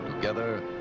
together